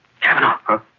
Cavanaugh